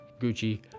gucci